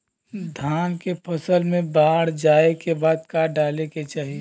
धान के फ़सल मे बाढ़ जाऐं के बाद का डाले के चाही?